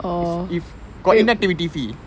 it's if got inactivity fee